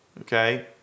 okay